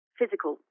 physical